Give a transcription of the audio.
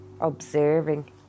observing